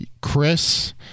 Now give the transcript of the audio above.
Chris